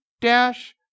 dash